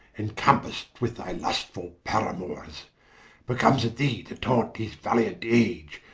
incompass'd with thy lustfull paramours, becomes it thee to taunt his valiant age,